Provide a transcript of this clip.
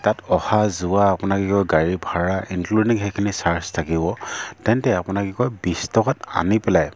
তাত অহা যোৱা আপোনাকৰ কি কয় গাড়ী ভাড়া ইনক্লুডিং সেইখিনি চাৰ্জ থাকিব তেন্তে আপোনাৰ কি কয় বিছ টকাত আনি পেলাই